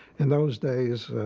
in those days,